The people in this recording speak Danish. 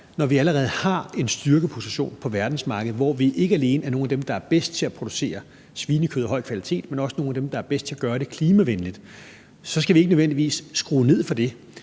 når vi allerede har en styrkeposition på verdensmarkedet, hvor vi ikke alene er nogle af dem, der er bedst til at producere svinekød af høj kvalitet, men også nogle af dem, der er bedst til at gøre det klimavenligt – så skal vi ikke nødvendigvis skrue ned for det,